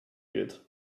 geht